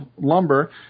lumber